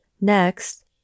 Next